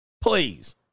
please